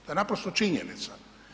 To je naprosto činjenica.